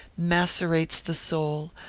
macerates the soul,